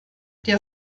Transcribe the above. der